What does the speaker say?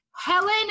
Helen